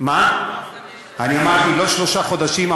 אני אמרתי, לא שלושה חודשים.